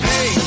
Hey